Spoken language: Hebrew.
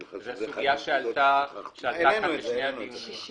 זה סוגיה שעלתה כאן בשני הדיונים.